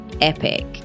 epic